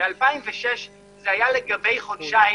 ב-2006 זה היה לגבי חודשיים,